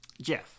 Jeff